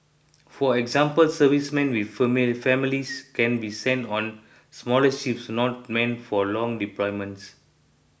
for example servicemen with families can be sent on smaller ships not meant for long deployments